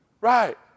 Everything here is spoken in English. Right